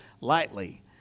lightly